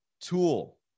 tool